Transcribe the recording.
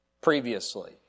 previously